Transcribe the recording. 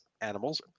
animals